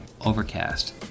Overcast